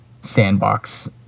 sandbox